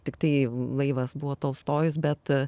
tiktai laivas buvo tolstojus bet